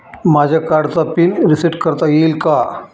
माझ्या कार्डचा pin reset करता येईल का?